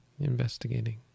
investigating